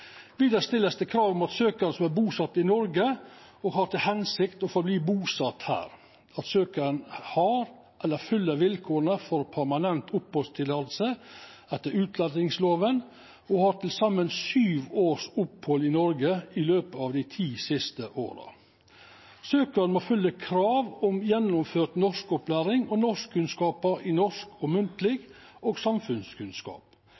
Vidare vert det stilt krav om at søkjaren skal vera busett i Noreg og ha til hensikt å halda fram med det, og at søkjaren har eller fyller vilkåra for permanent opphald etter utlendingslova og har til saman sju års opphald i Noreg i løpet av dei ti siste åra. Søkjaren må fylla krav om gjennomført norskopplæring og norskkunnskapar i norsk munnleg og